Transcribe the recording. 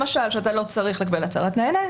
למשל שאתה לא צריך לקבל הצהרת נהנה,